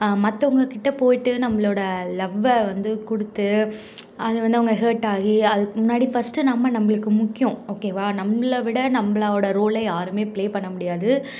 மத்தவங்க கிட்டே போய்ட்டு நம்மளோட லவ்வை வந்து கொடுத்து அது வந்து அவங்க ஹேட்டாகி அதுக்கு முன்னாடி ஃபஸ்ட்டு நம்ம நம்மளுக்கு முக்கியம் ஓகே வா நம்மள விட நம்மளோட ரோலை யாரும் பிளே பண்ண முடியாது